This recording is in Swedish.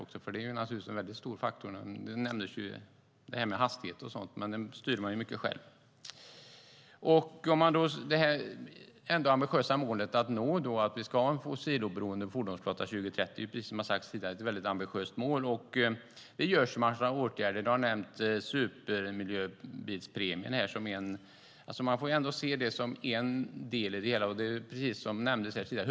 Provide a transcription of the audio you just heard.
Hastighet är en stor faktor, och den styr man själv. Målet om en fossiloberoende fordonsflotta till 2030 är ambitiöst. Det vidtas en mängd åtgärder. Supermiljöbilspremien har nämnts. Den är en del i det hela.